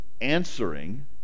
answering